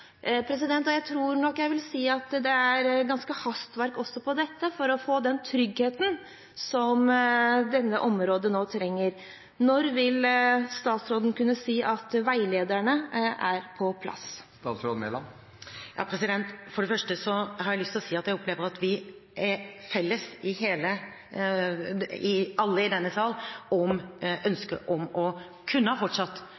ulike innkjøpsstrategiene. Jeg tror nok jeg vil si at det er hastverk også med dette for å få den tryggheten som dette området nå trenger. Når vil statsråden kunne si at veilederne er på plass? For det første har jeg lyst til å si at jeg opplever at vi er felles, alle i denne sal, om